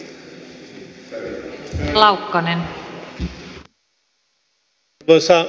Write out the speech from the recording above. arvoisa puhemies